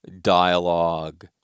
dialogue